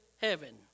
heaven